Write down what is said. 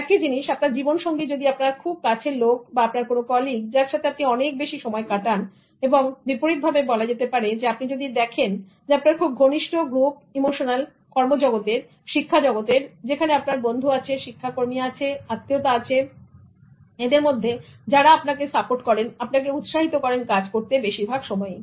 একই জিনিস আপনার জীবন সঙ্গী যদি আপনার খুব কাছের লোক বা আপনার কোন কলিগ যার সাথে আপনি অনেক বেশি সময় কাটান এবং বিপরীতভাবে বলা যেতে পারে আপনি যদি দেখেন আপনার খুব ঘনিষ্ঠ গ্রুপ ইমোশনাল কর্মজগতের শিক্ষা জগতের যেখানে আপনার বন্ধু আছে শিক্ষাকর্মী আছে আত্মীয়তা আছে এদের মধ্যে যারা আপনাকে সাপোর্ট করেন আপনাকে উৎসাহিত করেন কাজ করতে বেশিরভাগ সময়ই